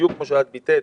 בדיוק כפי שאת ביטאת,